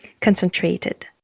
Concentrated